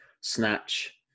snatch